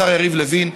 השר יריב לוין,